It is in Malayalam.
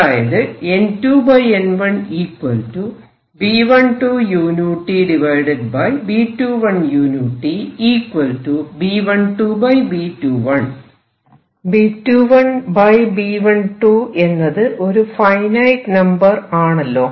അതായത് B21 B12 എന്നത് ഒരു ഫൈനൈറ്റ് നമ്പർ ആണല്ലോ